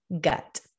gut